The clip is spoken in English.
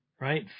Right